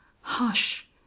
Hush